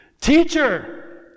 Teacher